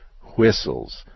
whistles